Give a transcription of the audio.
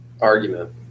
argument